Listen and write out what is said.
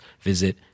visit